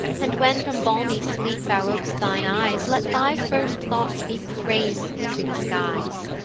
and, when from balmy sleep thou op'st thine eyes, let thy first thoughts be praises to the skies.